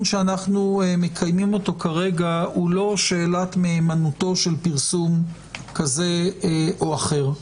שאנחנו מקיימים כרגע הוא לא שאלת מהימנותו של פרסום כזה או אחר.